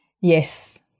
Yes